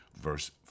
Verse